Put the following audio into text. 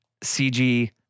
CG